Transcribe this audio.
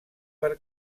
per